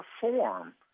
perform –